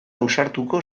ausartuko